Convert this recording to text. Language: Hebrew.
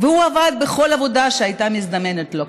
הוא עבד בכל עבודה שהייתה מזדמנת לו,